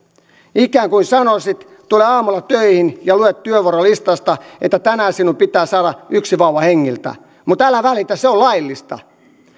ikään kuin sanoisit tule aamulla töihin ja lue työvuorolistasta että tänään sinun pitää saada yksi vauva hengiltä mutta älä välitä se on laillista